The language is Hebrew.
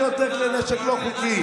יש יותר ויותר כלי נשק לא חוקיים.